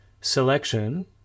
selection